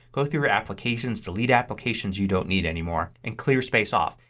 go through your applications. delete applications you don't need anymore and clear space off.